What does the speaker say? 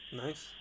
nice